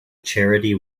charity